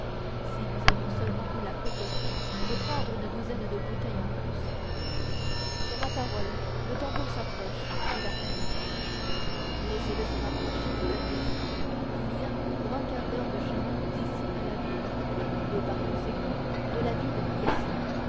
si nous avions seulement eu la précaution de prendre une douzaine de bouteilles en plus sur ma parole le tambour se rapproche dit d'artagnan laissez-le se rapprocher dit athos il y a pour un quart d'heure de chemin d'ici à la ville et par conséquent de la ville ici